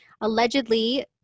Allegedly